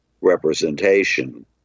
representation